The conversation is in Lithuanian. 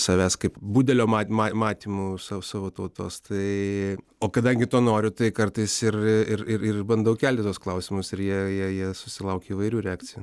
savęs kaip budelio ma ma matymu sau savo tautos tai o kadangi to noriu tai kartais ir ir ir ir bandau kelti tuos klausimus ir jie jie jie susilaukia įvairių reakcijų